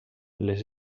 les